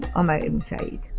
um ah ibn said.